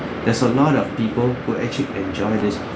there's a lot of people who actually enjoy this